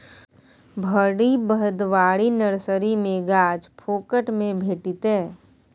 भरि भदवारी नर्सरी मे गाछ फोकट मे भेटितै